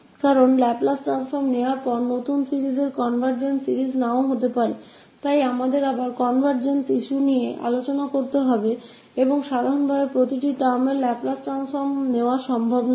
क्योंकि लाप्लास रूपांतरण लेने के बाद नई श्रृंखला conveergent श्रृंखला नहीं हो सकती है इसलिए हमें फिर से अभिसरण मुद्दों पर चर्चा करनी होगी और सामान्य तौर पर लाप्लास शब्द को शब्द से लेना संभव नहीं है